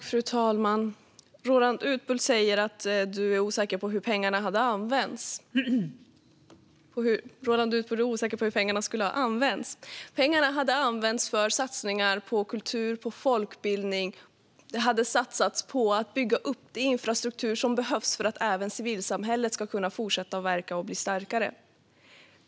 Fru talman! Roland Utbult säger att han är osäker på hur pengarna skulle ha använts. Pengarna hade använts för satsningar på kultur, på folkbildning och på att bygga upp den infrastruktur som behövs för att även civilsamhället ska kunna fortsätta att verka och bli starkare.